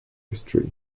history